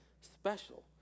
special